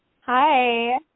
Hi